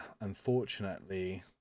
unfortunately